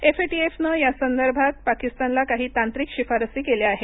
एफएटीएफनं यासंदर्भात पाकिस्तानला काही तांत्रिक शिफारसी केल्या आहेत